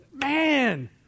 man